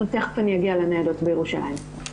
אגיע לניידות בירושלים.